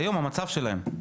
היום המצב שלהם.